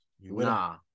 nah